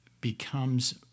becomes